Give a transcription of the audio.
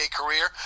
career